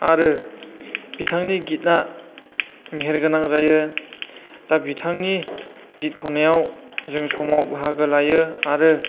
आरो बिथांनि गितना मेहेर गोनां जायो दा बिथांनि गित खननायाव जों समाव बाहागो लायो आरो